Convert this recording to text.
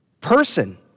person